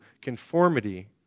conformity